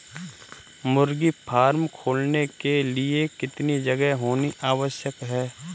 मुर्गी फार्म खोलने के लिए कितनी जगह होनी आवश्यक है?